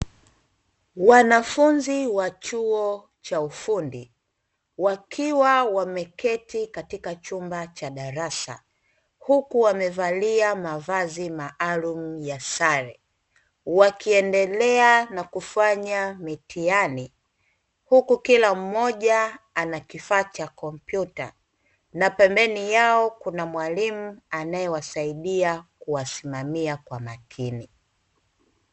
Wanafunzi wa chuo cha ufundi wakiwa wameketi katika chumba cha darasa huku wamevalia mavazi maalumu ya sare, wakiendelea na kufanya mitihani huku kila mmoja ana kifaa cha kompyuta na pembeni yao kuna mwalimu anaewasaidia kuwasimamia kwa makini.